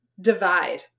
divide